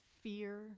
fear